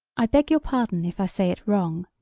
i beg your pardon if i say it wrong.